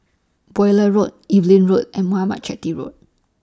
Bowyer Road Evelyn Road and Muthuraman Chetty Road